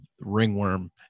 Ringworm